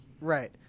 Right